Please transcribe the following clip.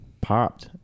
popped